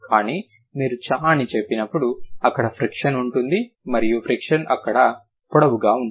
కానీ మీరు చ అని చెప్పినప్పుడు అక్కడ ఫ్రిక్షన్ ఉంటుంది మరియు ఫ్రిక్షన్ ఇక్కడ పొడవుగా ఉంటుంది